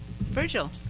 Virgil